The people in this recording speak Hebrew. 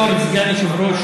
בתור סגן יושב-ראש,